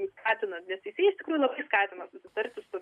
jį skatina nes jisai iš tikrųjų labai skatina susitarti su